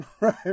Right